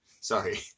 sorry